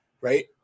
right